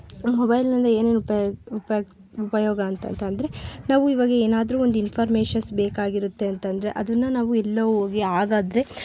ಮೊಬೈಲ್ನಲ್ಲಿ ಏನೇನು ಉಪಯುಕ್ತ ಉಪಯೋಗ ಅಂತ ಅಂತಂದರೆ ನಾವು ಈವಾಗ ಏನಾದ್ರೂ ಒಂದು ಇನ್ಫಾರ್ಮೇಷನ್ಸ್ ಬೇಕಾಗಿರುತ್ತೆ ಅಂತಂದರೆ ಅದನ್ನು ನಾವು ಎಲ್ಲೋ ಹೋಗಿ ಹಾಗಾದ್ರೆ